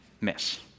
miss